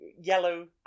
yellow